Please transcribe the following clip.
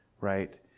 right